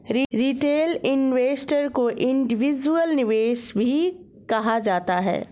retail investor को individual निवेशक भी कहा जाता है